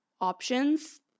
options